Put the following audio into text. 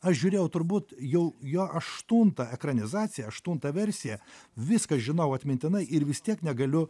aš žiūrėjau turbūt jau jo aštuntą ekranizaciją aštuntą versiją viską žinau atmintinai ir vis tiek negaliu